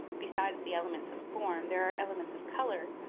besides the elements of form, there are elements of color,